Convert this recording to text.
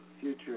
future